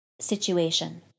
situation